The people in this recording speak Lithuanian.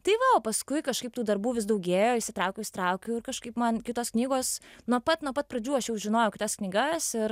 tai va o paskui kažkaip tų darbų vis daugėjo įsitraukiau įsitraukiau ir kažkaip man kitos knygos nuo pat nuo pat pradžių aš jau žinojau kitas knygas ir